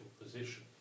position